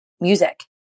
music